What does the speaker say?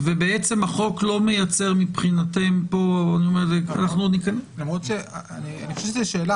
והחוק לא מייצר מבחינתנו -- למרות שאני חושב שזו שאלה